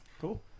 Cool